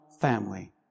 family